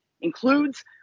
includes